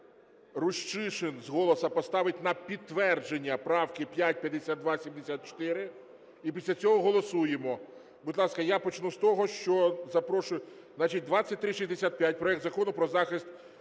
Рущишин з голосу поставить на підтвердження правки 5, 52,74, і після цього голосуємо. Будь ласка, я почну з того, що запрошую…